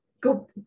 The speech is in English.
go